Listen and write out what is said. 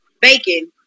bacon